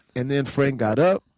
and then frank got up.